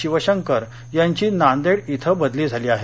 शिव शंकर यांची नांदेड इथं बदली झाली आहे